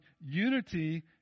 unity